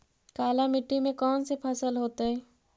काला मिट्टी में कौन से फसल होतै?